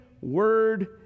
word